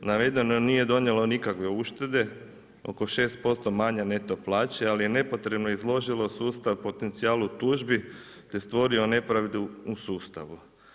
Navedeno nije donijelo nikakve uštede oko 6% manje neto plaće, ali je nepotrebno izložilo sustav potencijalu tužbi te stvorio nepravdu u sustavu.